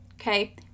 Okay